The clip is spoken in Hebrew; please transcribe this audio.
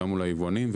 וגם מול היצרנים,